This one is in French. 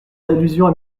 allusions